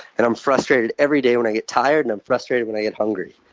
and i'm frustrated every day when i get tired, and i'm frustrated when i get hungry.